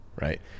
right